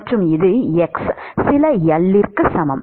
மற்றும் இது x சில L க்கு சமம்